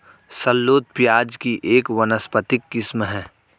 shallot प्याज़ की एक वानस्पतिक किस्म है